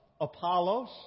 Apollos